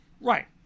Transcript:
Right